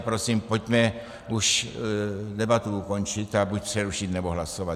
Prosím, pojďme už debatu ukončit a buď přerušit, nebo hlasovat.